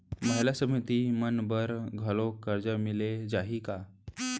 महिला समिति मन बर घलो करजा मिले जाही का?